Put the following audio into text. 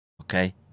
Okay